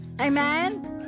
amen